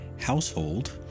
Household